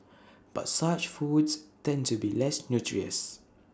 but such foods tend to be less nutritious